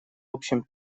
общем